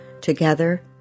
Together